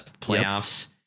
playoffs